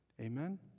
Amen